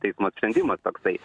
teismo sprendimas toksai